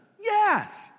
Yes